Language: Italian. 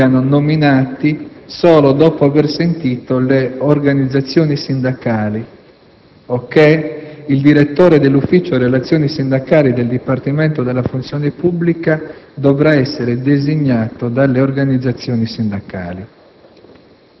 vengono nominati solo dopo aver sentito le organizzazioni sindacali» o che il «direttore dell'Ufficio relazioni sindacali del Dipartimento della funzione pubblica (...) dovrà essere designato dalle organizzazioni sindacali».